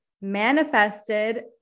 manifested